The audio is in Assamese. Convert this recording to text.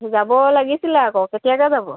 যাব লাগিছিলে আকৌ কেতিয়াকৈ যাব